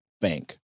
bank